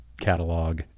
catalog